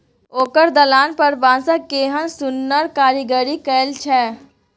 ओकर दलान पर बांसक केहन सुन्नर कारीगरी कएल छै